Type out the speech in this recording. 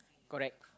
correct